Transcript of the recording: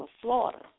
Florida